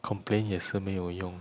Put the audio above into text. complain 也是没有用